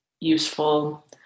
useful